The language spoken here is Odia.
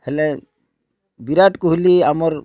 ହେଲେ ବିରାଟ୍ କୋହଲି ଆମର୍